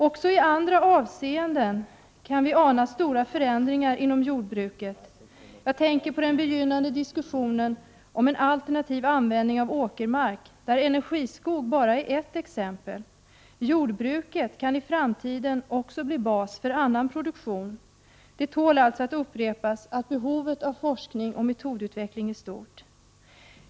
Också i andra avseenden kan vi ana stora förändringar inom jordbruket. Jag tänker på den begynnande diskussionen om alternativ användning av åkermark, där energiskog bara är ett exempel. Jordbruket kan i framtiden bli bas för annan produktion. Det tål alltså att upprepas att behovet av forskning och metodutveckling är stort.